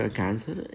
cancer